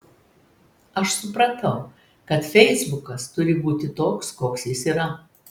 aš supratau kad feisbukas turi būti toks koks jis yra